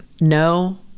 no